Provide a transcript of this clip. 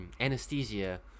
anesthesia